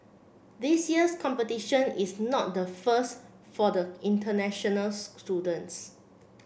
this year's competition is not the first for the international students